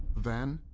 then,